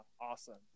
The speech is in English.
awesome